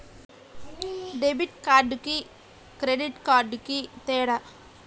Debit కార్డుకి credit కార్డుకి తేడా?